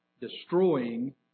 destroying